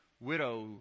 widow